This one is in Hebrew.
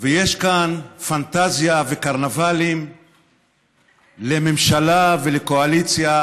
ויש כאן פנטזיה וקרנבלים לממשלה ולקואליציה